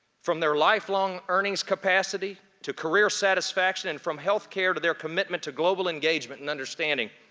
from their life-long earnings capacity to career satisfaction, and from health care to their commitment to global engagement and understanding,